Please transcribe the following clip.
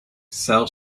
cell